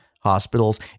hospitals